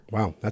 Wow